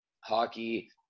hockey